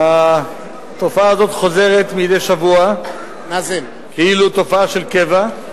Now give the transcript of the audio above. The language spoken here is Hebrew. התופעה הזאת חוזרת מדי שבוע, כאילו תופעה של קבע,